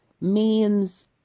memes